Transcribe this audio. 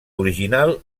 original